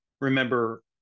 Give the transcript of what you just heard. remember